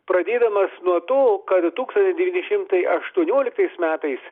pradėdamas nuo to kad tūkstantis devyni šimtas aštuonioliktais metais